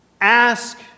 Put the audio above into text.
Ask